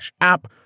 app